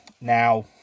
Now